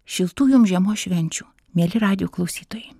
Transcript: šiltų jum žiemos švenčių mieli radijo klausytojai